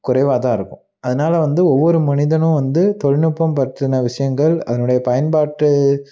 குறைவாக தான் இருக்கும் அதனால் வந்து ஒவ்வொரு மனிதனும் வந்து தொழில்நுட்பம் பற்றின விஷயங்கள் அதனுடைய பயன்பாட்டு